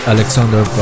Alexander